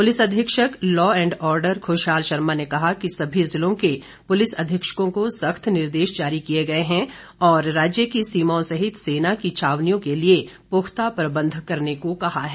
police अधीक्षक SP law and order Khushhal Sharma ने कहा कि सभी ज़िलों के पुलिस अधीक्षकों को सख्त निर्देश जारी किए हैं और राज्य की सीमाओं सहित सेना की छावनियों के लिए पुख्ता इंतजाम करने को कहा है